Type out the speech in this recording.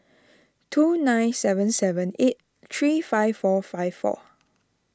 two nine seven seven eight three five four five four